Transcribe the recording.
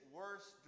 worse